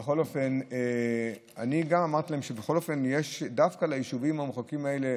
גם אמרתי להם שבכל אופן יש דווקא ליישובים המרוחקים האלה,